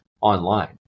online